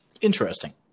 Interesting